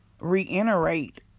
reiterate